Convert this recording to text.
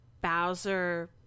Bowser